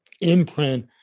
imprint